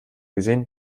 gesehen